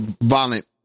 violent